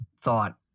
thought